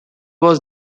was